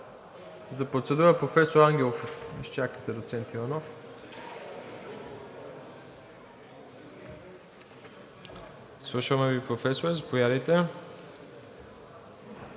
За процедура – професор Ангелов. Изчакайте, доцент Иванов, слушаме Ви, Професоре. Заповядайте.